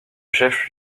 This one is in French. chef